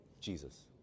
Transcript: Jesus